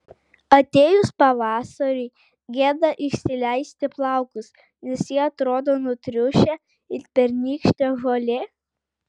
atėjus pavasariui gėda išsileisti plaukus nes jie atrodo nutriušę it pernykštė žolė